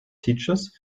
teachers